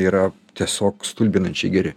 yra tiesiog stulbinančiai geri